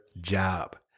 job